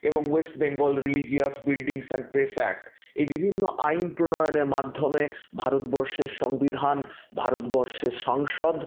এবং West Bengal religious buildings and press act এই বিভিন্ন আইন প্রণয়নের মাধ্যমে ভারতবর্ষের সংবিধান ভারতবর্ষের সংসদ